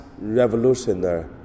Revolutionary